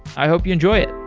i hope you enjoy it.